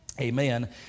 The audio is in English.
Amen